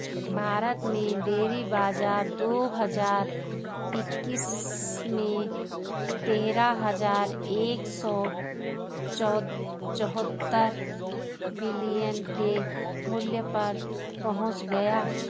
भारत में डेयरी बाजार दो हज़ार इक्कीस में तेरह हज़ार एक सौ चौहत्तर बिलियन के मूल्य पर पहुंच गया